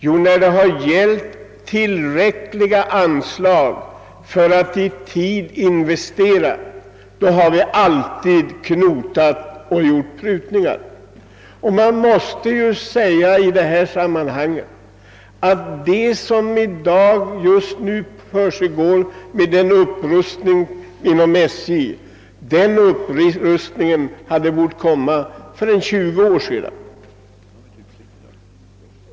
Jo, när det gällt tillräckliga anslag för att i tid investera, då har vi alltid knotat och gjort prutningar. Man måste i detta sammanhang säga att den upprustning, som i dag försiggår inom SJ, hade bort komma redan för omkring tjugo år sedan.